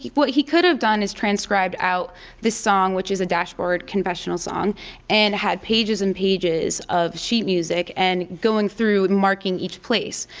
what he could have done is transcribed out this song which is a dashboard confessional song and had pages and pages of sheet music and going through and marking each place.